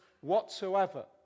whatsoever